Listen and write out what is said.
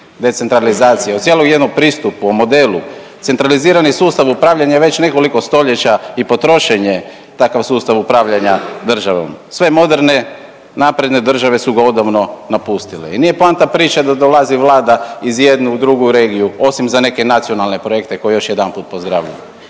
decentralizacije, o cijelom jednom pristupu, o modelu, centralizirani sustav upravljanja je već nekoliko stoljeća i potrošen je takav sustav upravljanja državom. Sve moderne napredne države su ga odavno napustile i nije poanta priče da dolazi Vlada iz jedne u drugu regiju, osim za neke nacionalne projekte, koje još jedanput pozdravljam,